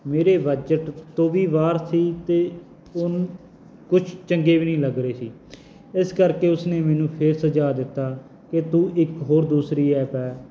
ਮੇਰੇ ਬਜਟ ਤੋਂ ਵੀ ਬਾਹਰ ਸੀ ਅਤੇ ਉਂਝ ਕੁਛ ਚੰਗੇ ਵੀ ਨਹੀਂ ਲੱਗ ਰਹੇ ਸੀ ਇਸ ਕਰਕੇ ਉਸਨੇ ਮੈਨੂੰ ਫਿਰ ਸੁਝਾਅ ਦਿੱਤਾ ਕਿ ਤੂੰ ਇੱਕ ਹੋਰ ਦੂਸਰੀ ਐਪ ਹੈ